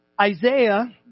Isaiah